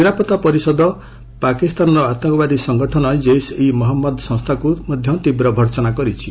ନିରାପତ୍ତା ପରିଷଦ ପାକିସ୍ତାନର ଆତଙ୍କବାଦୀ ସଂଗଠନ ଜୈସ ଇ ମହମ୍ମଦ ସଂସ୍ଥାକୁ ମଧ୍ୟ ତୀବ୍ ଭର୍ସନା କରିଛି